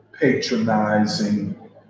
patronizing